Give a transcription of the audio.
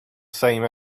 same